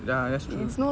ya that's true